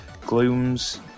Glooms